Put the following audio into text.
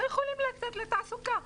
לא יכולים לצאת לתעסוקה,